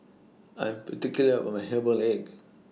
I'm particular about My Herbal Egg